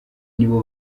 nibo